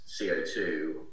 CO2